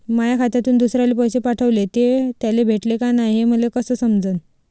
माया खात्यातून दुसऱ्याले पैसे पाठवले, ते त्याले भेटले का नाय हे मले कस समजन?